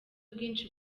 bwinshi